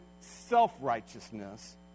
self-righteousness